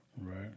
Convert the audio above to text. Right